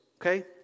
okay